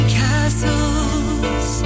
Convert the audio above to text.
castles